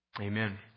Amen